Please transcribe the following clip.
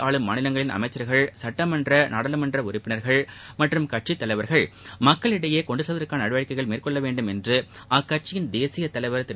ஆளும் மாநிலங்களின் அமைச்சர்கள் சட்டமன்ற நாடாளுமன்ற உறுப்பிளர்கள் மற்றும் கட்சி தலைவர்கள் மக்களிடையே கொண்டு செல்வதற்கான நடவடிக்கைகளை மேற்கொள்ள வேண்டும் என்று அக்கட்சியின் தேசிய தலைவர் திரு